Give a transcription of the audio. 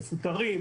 מפוטרים,